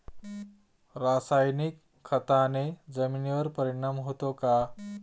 रासायनिक खताने जमिनीवर परिणाम होतो का?